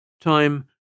time